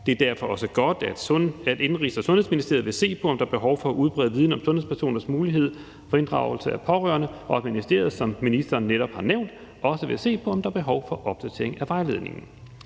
Det er derfor også godt, at Indenrigs- og Sundhedsministeriet vil se på, om der behov for at udbrede viden om sundhedspersoners mulighed for inddragelse af pårørende, og at ministeriet, som ministeren netop har nævnt, også vil se på, om der er behov for opdatering af vejledningen.